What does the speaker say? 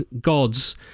gods